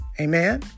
Amen